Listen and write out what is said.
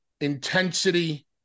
intensity